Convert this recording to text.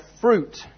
fruit